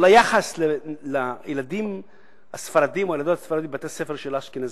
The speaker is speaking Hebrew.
על היחס לילדים הספרדים או הילדות הספרדיות בבתי-הספר של האשכנזים,